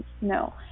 No